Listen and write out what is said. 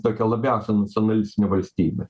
tokia labiausiai nacionalistinė valstybė